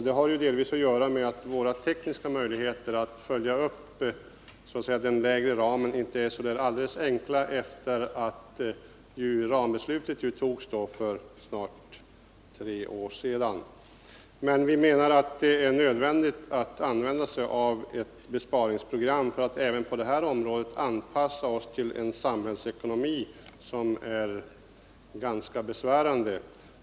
Det har delvis att göra med att det inte är så alldeles enkelt för oss att följa upp den lägre ramen efter det rambeslut som togs för snart tre år sedan. Vi menar att det är nödvändigt att följa ett besparingsprogram för att även på det här området anpassa sig till en samhällsekonomi som är ganska besvärande.